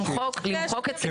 למחוק את סעיף 3?